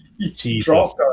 Jesus